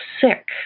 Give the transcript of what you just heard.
sick